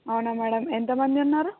అవునా మేడం ఎంతమంది ఉన్నారు